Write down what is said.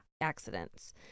accidents